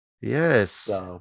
Yes